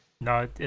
No